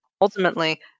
ultimately